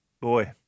Boy